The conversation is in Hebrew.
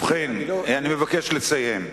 אני מבקש לסיים.